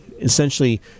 Essentially